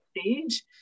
stage